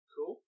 Cool